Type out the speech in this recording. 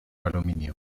aluminio